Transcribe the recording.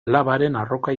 arroka